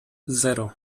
zero